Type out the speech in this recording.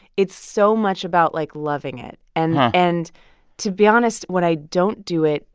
it's so much about, like, loving it. and and to be honest, when i don't do it,